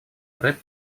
rep